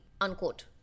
unquote